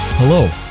Hello